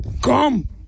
come